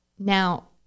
Now